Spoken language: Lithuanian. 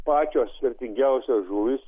pačios vertingiausios žuvys